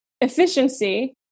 Efficiency